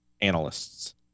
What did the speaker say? analysts